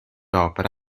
opere